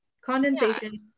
condensation